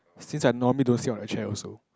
since I normally don't sit on the chair also